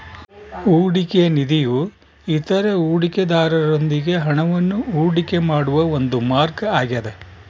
ಹೂಡಿಕೆಯ ನಿಧಿಯು ಇತರ ಹೂಡಿಕೆದಾರರೊಂದಿಗೆ ಹಣವನ್ನು ಹೂಡಿಕೆ ಮಾಡುವ ಒಂದು ಮಾರ್ಗ ಆಗ್ಯದ